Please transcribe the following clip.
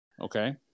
okay